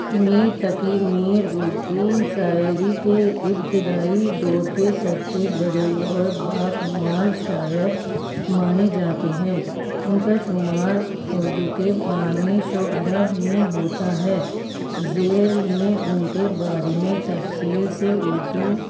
میر تقی میر اردو شاعری کے ابتدائی دور کے سب سے بڑے اور باکمال شاعر مانے جاتے ہیں ان کا شمار اردو کے بانی شعرا میں ہوتا ہے ذیل میں ان کے بارے میں تفصیل سے اردو